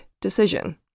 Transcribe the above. decision